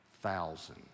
thousand